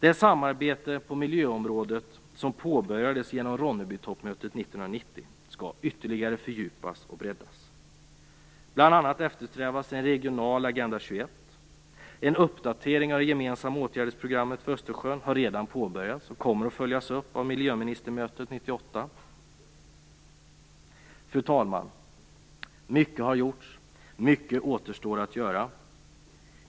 Det samarbete på miljöområdet som påbörjades genom Ronnebytoppmötet 1990 skall ytterligare fördjupas och breddas. Bl.a. eftersträvas en regional Agenda 21. En uppdatering av det gemensamma åtgärdsprogrammet för Östersjön har redan påbörjats, och den kommer att följas upp av miljöministermötet Fru talman! Mycket har gjorts. Mycket återstår att göra.